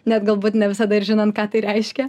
net galbūt ne visada ir žinant ką tai reiškia